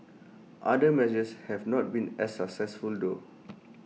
other measures have not been as successful though